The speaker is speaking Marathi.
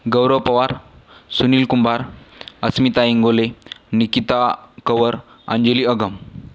गौरव पवार सुनील कुंभार अस्मिता इंगोले निकिता कवर अंजली अगम